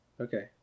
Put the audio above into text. Okay